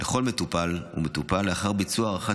לכל מטופל ומטופל לאחר ביצוע הערכה